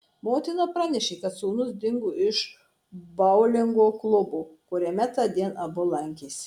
motina pranešė kad sūnus dingo iš boulingo klubo kuriame tądien abu lankėsi